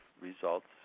results